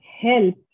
help